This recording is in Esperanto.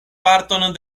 parton